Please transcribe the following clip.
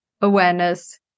awareness